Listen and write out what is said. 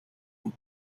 were